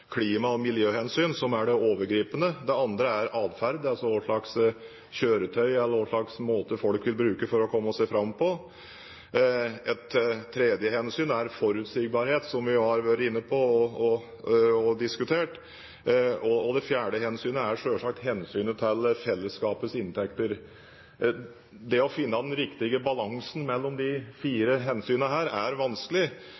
klima- og miljøhensyn, som er det overgripende. Det andre er atferd, altså hva slags kjøretøy eller hva slags måte folk vil bruke for å komme seg fram. Et tredje hensyn er forutsigbarhet, som vi jo har vært inne på og diskutert, og det fjerde er selvsagt hensynet til fellesskapets inntekter. Det å finne den riktige balansen mellom de